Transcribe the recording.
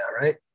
right